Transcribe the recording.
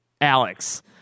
Alex